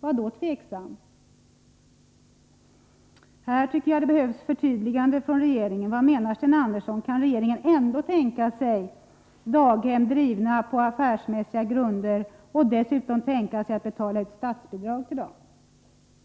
Hur då tveksam? Här tycker jag att det behövs förtydliganden från regeringen. Vad menar Sten Andersson? Kan regeringen ändå tänka sig daghem drivna på affärsmässiga grunder och dessutom tänka sig att betala ut statsbidrag till dem?